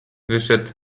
wyszedł